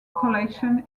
collections